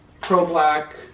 pro-black